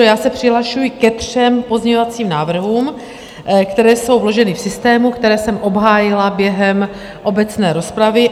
Já se přihlašuji ke třem pozměňovacím návrhům, které jsou vloženy v systému, které jsem obhájila během obecné rozpravy.